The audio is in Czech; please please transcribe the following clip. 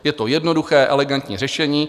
Je to jednoduché, elegantní řešení.